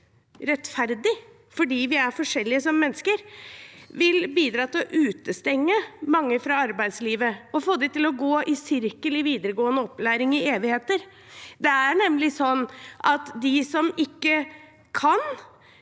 rettferdig, fordi vi er forskjellige som mennesker – vil bidra til å utestenge mange fra arbeidslivet og få dem til å gå i sirkel i videregående opplæring i evigheter. Det er nemlig sånn at de som ikke kan